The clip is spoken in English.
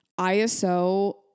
ISO